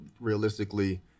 realistically